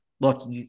look